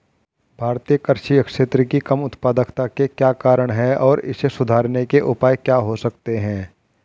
भारतीय कृषि क्षेत्र की कम उत्पादकता के क्या कारण हैं और इसे सुधारने के उपाय क्या हो सकते हैं?